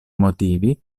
motivi